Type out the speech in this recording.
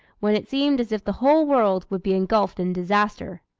when it seemed as if the whole world would be engulfed in disaster.